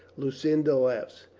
lucinda laughed.